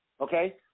okay